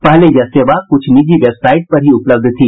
पहले यह सेवा कुछ निजी वेबसाईट पर ही उपलब्ध थी